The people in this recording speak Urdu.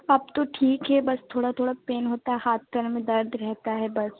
اب تو ٹھیک ہے بس تھوڑا تھوڑا پین ہوتا ہے ہاتھ پیروں میں درد رہتا ہے بس